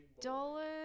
dollars